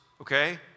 okay